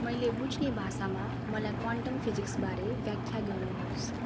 मैले बुझ्ने भाषामा मलाई क्वान्टम फिजिक्सबारे व्याख्या गर्नुहोस्